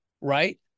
right